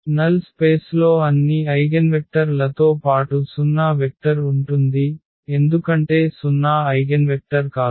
null స్పేస్లో అన్ని eigenvector లతో పాటు 0 వెక్టర్ ఉంటుంది ఎందుకంటే 0 ఐగెన్వెక్టర్ కాదు